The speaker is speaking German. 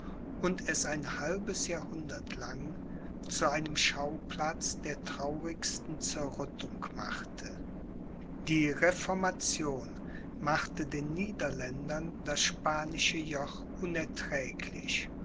und es ein halbes jahrhundert lang zu einem schauplatz der traurigsten zerrüttung machte die reformation machte den niederländern das spanische joch